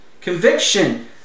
Conviction